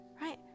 right